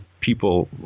people